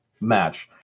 match